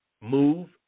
move